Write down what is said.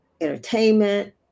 entertainment